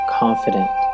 confident